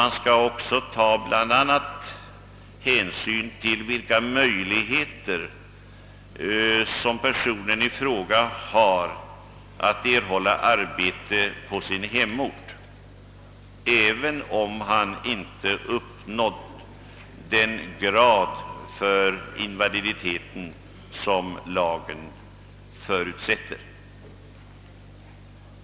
Man skall bl.a. också ta hänsyn till vilka möjligheter som personen i fråga har att erhålla arbete på sin hemort, även om han inte uppnått den grad av invaliditet som lagen förutsätter.